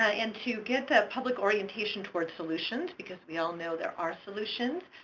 ah and to get the public orientation towards solutions because we all know there are solutions.